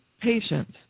patients